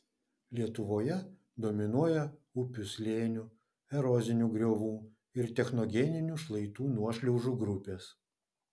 lietuvoje dominuoja upių slėnių erozinių griovų ir technogeninių šlaitų nuošliaužų grupės